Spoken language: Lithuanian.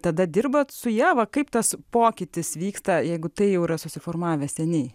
tada dirbat su ja va kaip tas pokytis vyksta jeigu tai yra susiformavę seniai